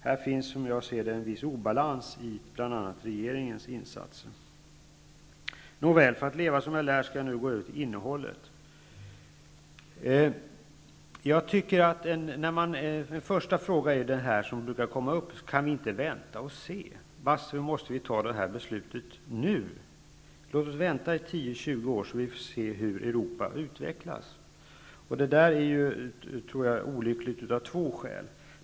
Här finns det, som jag ser det, en viss obalans i bl.a. regeringens insatser. Nåväl, för att leva som jag lär skall jag nu gå över till innehållet. En fråga som brukar uppstå är: Kan vi inte vänta och se? Varför måste vi fatta detta beslut nu? Låt oss vänta 10--20 år, så att vi får se hur Europa utvecklas. Detta tror jag är olyckligt av två skäl.